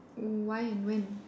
why and when